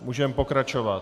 Můžeme pokračovat.